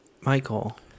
Michael